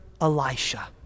Elisha